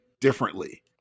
differently